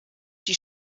die